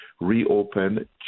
reopen